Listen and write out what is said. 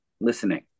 listening